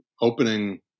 opening